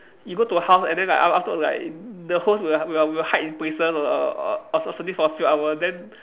you go to a house and then like af~ afterward like the host will will will hide in places or or or something for a few hour then